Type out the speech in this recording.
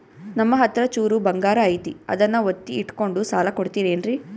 ನಮ್ಮಹತ್ರ ಚೂರು ಬಂಗಾರ ಐತಿ ಅದನ್ನ ಒತ್ತಿ ಇಟ್ಕೊಂಡು ಸಾಲ ಕೊಡ್ತಿರೇನ್ರಿ?